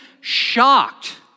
shocked